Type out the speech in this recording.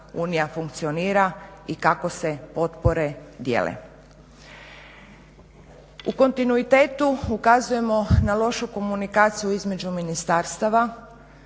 EU funkcionira i kako se potpore dijele. U kontinuitetu ukazujemo na lošu komunikaciju između ministarstava